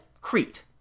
Crete